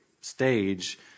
stage